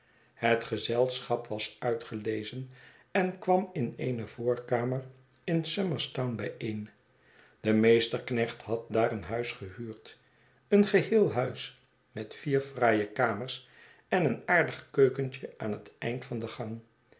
het gezelschap was uitgelezen en kwam in eene voorkamer in somerstown bijeen de meesterknecht had daar een huis gehuurd een geheel huis met vier fraaie kamers en een aardig keukentje aan het eind van den gang